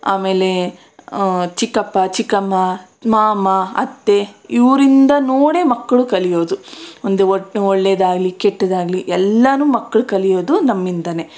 ಆಮೇಲೆ ಚಿಕ್ಕಪ್ಪ ಚಿಕ್ಕಮ್ಮ ಮಾಮ ಅತ್ತೆ ಇವರಿಂದ ನೋಡೇ ಮಕ್ಕಳು ಕಲಿಯೋದು ಒಂದು ಒಳ್ಳೆಯದಾಗ್ಲಿ ಕೆಟ್ಟದಾಗಲಿ ಎಲ್ಲನೂ ಮಕ್ಕಳು ಕಲಿಯೋದು ನಮ್ಮಿಂದನೆ